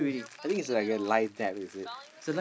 I think is like a life debt is it